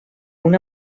una